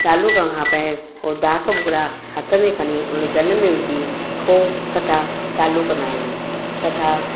चालू करणु खां पहिर ओ डाख भुॻड़ा हथ में खणी उन जल में विझी पोइ कथा चालू कंदा आहियूं कथा